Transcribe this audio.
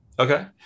Okay